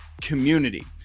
community